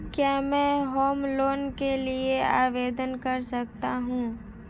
क्या मैं home loan के लिए आवेदन कर सकता हूं?